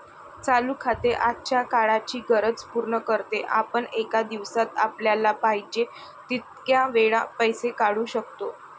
चालू खाते आजच्या काळाची गरज पूर्ण करते, आपण एका दिवसात आपल्याला पाहिजे तितक्या वेळा पैसे काढू शकतो